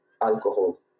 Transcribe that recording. alcohol